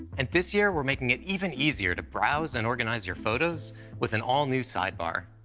and this year, we're making it even easier to browse and organize your photos with an all-new sidebar.